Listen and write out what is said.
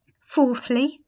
Fourthly